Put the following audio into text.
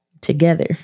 together